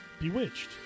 Bewitched